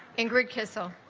ingrid kissel